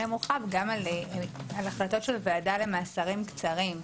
המורחב גם על החלטות של ועדה למאסרים קצרים.